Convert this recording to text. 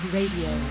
Radio